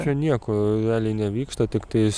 čia nieko realiai nevyksta tiktais